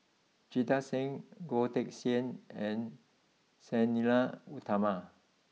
Jita Singh Goh Teck Sian and Sang Nila Utama